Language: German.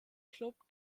club